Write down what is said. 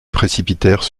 précipitèrent